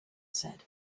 said